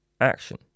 action